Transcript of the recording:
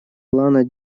плана